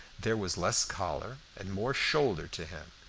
there was less collar and more shoulder to him,